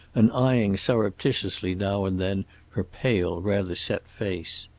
and eying surreptitiously now and then her pale, rather set face.